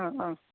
अँ अँ